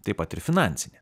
taip pat ir finansinę